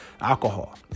alcohol